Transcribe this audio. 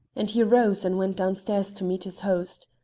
and he rose and went downstairs to meet his host.